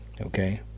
okay